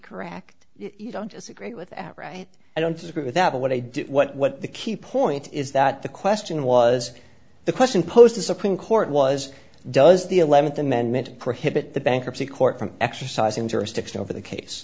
correct you don't disagree with that right i don't disagree with that but what i do what the key point is that the question was the question posed to supreme court was does the th amendment prohibit the bankruptcy court from exercising jurisdiction over the case